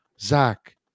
Zach